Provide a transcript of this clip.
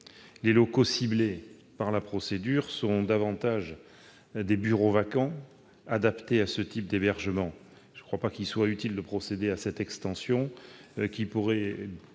les locaux ciblés par la procédure seront davantage des bureaux vacants adaptés à ce type d'hébergement. Il ne me semble pas utile de procéder à une telle extension, qui pourrait